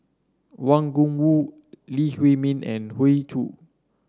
Wang Gungwu Lee Huei Min and Hoey Choo